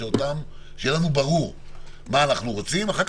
שיהיה לנו ברור מה אנחנו רוצים ואחר כך